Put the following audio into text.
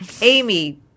Amy